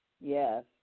Yes